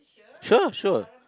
here sure